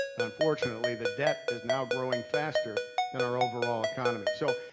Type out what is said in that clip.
unfortunately, the debt is now growing faster than our overall economy. so,